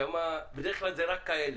שם בדרך כלל זה רק כאלה,